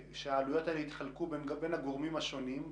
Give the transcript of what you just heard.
העלויות האלה צריכות להתחלק בין הגורמים השונים.